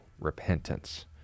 repentance